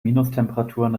minustemperaturen